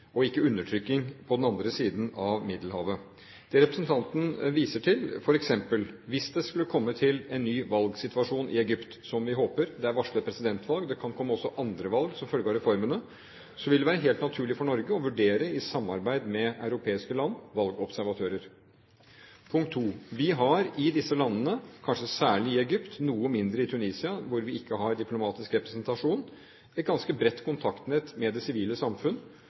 og ikke undertrykking på den andre siden av Middelhavet. Det representanten viser til, er hva Norge kan bidra med hvis det f.eks. skulle komme til en ny valgsituasjon i Egypt – som vi håper, det er varslet presidentvalg, det kan komme også andre valg som følge av reformene. Da vil det være helt naturlig for Norge i samarbeid med europeiske land å vurdere valgobservatører. Punkt 2: Vi har i disse landene – kanskje særlig i Egypt, noe mindre i Tunisia, hvor vi ikke har diplomatisk representasjon – et ganske bredt kontaktnett med det sivile samfunn,